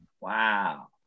Wow